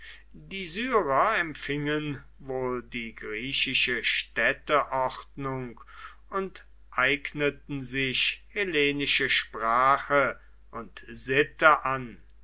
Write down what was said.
die syrer empfingen wohl die griechische städteordnung und eigneten sich hellenische sprache und sitte an